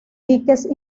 diques